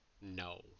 no